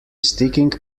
sticking